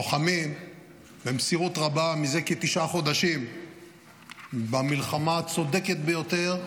לוחמים במסירות רבה מזה כתשעה חודשים במלחמה הצודקת ביותר,